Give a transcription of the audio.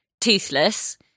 toothless